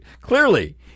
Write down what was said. Clearly